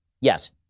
Yes